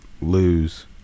lose